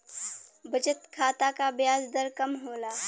बचत खाता क ब्याज दर कम होला